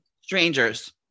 Strangers